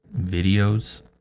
videos